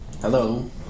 Hello